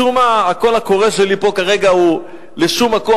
משום מה הקול הקורא שלי פה כרגע הוא לשום מקום,